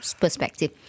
perspective